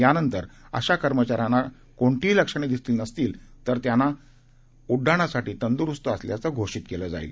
यानंतर अशा कर्मचाऱ्यांना कोणतीही लक्षणं दिसली नाहीत तर त्यांना उड्डाणासाठी तंदुरुस्त असल्याचं घोषित केलं जाईल